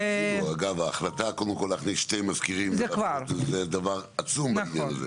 אגב ההחלטה קודם כל להכניס שני מזכירים זה דבר עצום בעניין הזה,